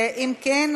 אם כן,